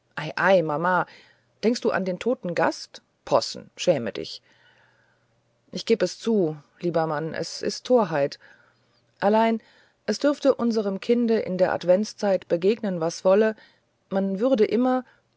mama denkst du an den toten gast possen schäme dich ich geb es zu lieber mann es ist torheit allein es dürfte unserem kinde in der adventszeit begegnen was wolle man würde immer